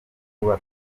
kuba